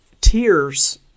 tears